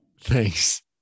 Thanks